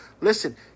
Listen